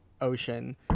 ocean